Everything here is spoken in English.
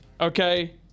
okay